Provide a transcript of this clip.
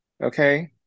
Okay